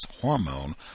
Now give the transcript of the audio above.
hormone